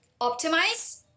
Optimize